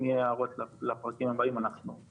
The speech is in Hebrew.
אם תהיינה הערות לפרקים הבאים אנחנו ניתן.